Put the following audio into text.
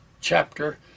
chapter